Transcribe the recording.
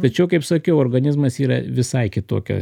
tačiau kaip sakiau organizmas yra visai kitokia